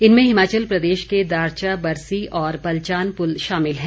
इनमें हिमाचल प्रदेश के दारचा बरसी और पलचान पुल शामिल हैं